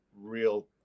real